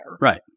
Right